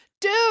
dude